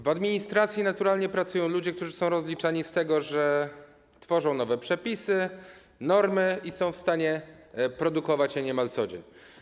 W administracji naturalnie pracują ludzie, którzy są rozliczani z tego, że tworzą nowe przepisy, normy i są w stanie produkować je niemal co dzień.